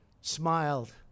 smiled